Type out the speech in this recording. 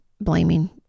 blaming